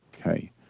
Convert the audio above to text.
Okay